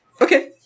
Okay